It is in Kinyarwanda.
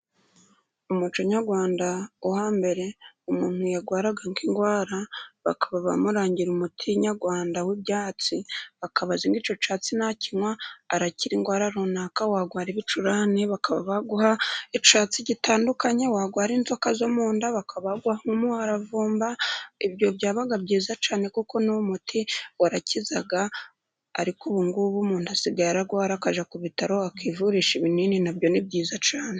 umuco nyarwanda wo hambere umuntu yarwaraga indwara bakaba bamurangira umuti nyarwanda w'ibyatsi. Akaba azi ngo icyo cyatsi nakinywa arakira indwara runaka. Warwara ibicurane bakaba baguha icyatsi gitandukanye, warwara inzoka zo mu nda bakaba baguha nk'umuharavumba, ibyo byabaga byiza cyane kuko n'umuti warakizaga, ariko ubu ngubu umuntu asigaye ararwara akajya ku bitaro, akivurisha ibinini. Na byo ni byiza cyane.